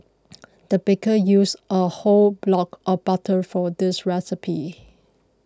the baker used a whole block of butter for this recipe